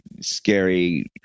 scary